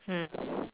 mm